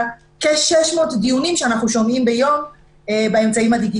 כ-600 דיונים שאנחנו שומעים ביום באמצעים דיגיטליים.